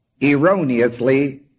erroneously